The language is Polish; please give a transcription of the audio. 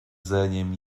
dzeniem